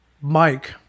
Mike